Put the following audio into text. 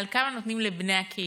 על כמה נותנים לבני הקהילה.